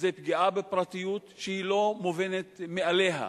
זו פגיעה בפרטיות שהיא לא מובנת מאליה.